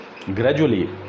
gradually